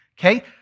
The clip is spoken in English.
okay